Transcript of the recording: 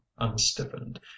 unstiffened